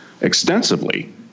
extensively